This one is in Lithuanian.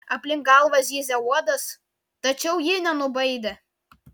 aplink galvą zyzė uodas tačiau ji nenubaidė